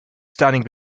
standing